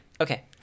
Okay